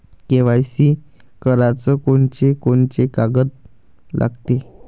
KYC कराच कोनचे कोनचे कागद लागते?